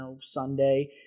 Sunday